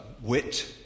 wit